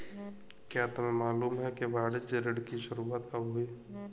क्या तुम्हें मालूम है कि वाणिज्य ऋण की शुरुआत कब हुई?